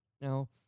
Now